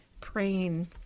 praying